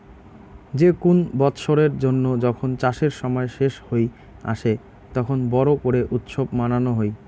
যে কুন বৎসরের জন্য যখন চাষের সময় শেষ হই আসে, তখন বড় করে উৎসব মানানো হই